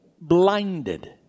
blinded